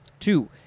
Two